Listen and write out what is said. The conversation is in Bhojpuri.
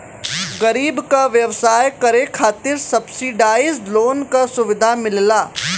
गरीब क व्यवसाय करे खातिर सब्सिडाइज लोन क सुविधा मिलला